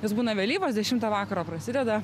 jos būna vėlyvos dešimtą vakaro prasideda